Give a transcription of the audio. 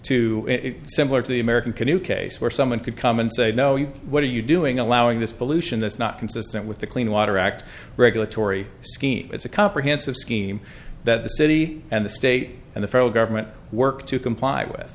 it similar to the american canoe case where someone could come and say no you what are you doing allowing this pollution that's not consistent with the clean water act regulatory scheme it's a comprehensive scheme that the city and the state and the federal government work to comply with